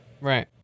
Right